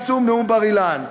יישום נאום בר-אילן.